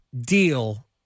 deal